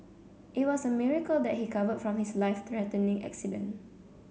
it was a miracle that he recovered from his life threatening accident